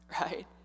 right